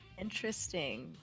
Interesting